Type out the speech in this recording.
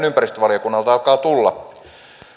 ympäristövaliokunnalta alkaa tulla